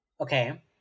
Okay